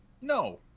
No